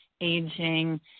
aging